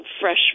fresh